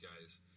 guys